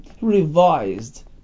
revised